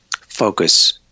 focus